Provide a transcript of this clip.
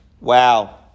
Wow